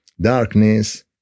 darkness